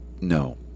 no